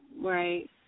Right